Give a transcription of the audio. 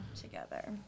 Together